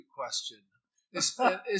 question